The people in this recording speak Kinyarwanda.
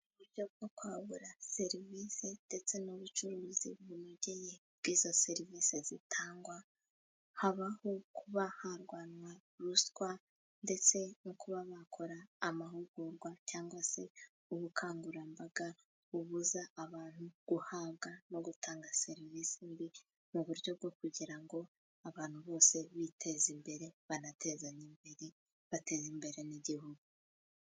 Mu buryo bwo kwagura serivisi ndetse n'ubucuruzi bunogeye bw'izo serivisi zitangwa habaho kuba harwanwa ruswa, ndetse no kuba bakora amahugurwa cyangwa se ubukangurambaga bubuza abantu guhabwa no gutanga serivisi mbi. Mu buryo bwo kugira ngo abantu bose biteze imbere banatezanye imbere bateze imbere n'igihugu.